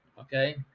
okay